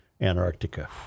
Antarctica